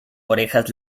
orejas